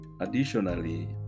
Additionally